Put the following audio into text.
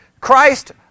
Christ